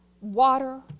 water